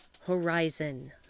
horizon